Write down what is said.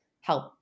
help